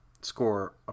score